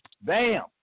Bam